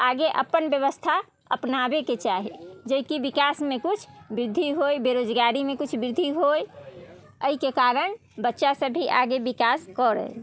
आगे अपन व्यवस्था अपनाबेके चाही जेकि विकासमे किछु वृद्धि होय बेरोजगारीमे किछु वृद्धि होय एहिके कारण बच्चा सब भी आगे विकास करै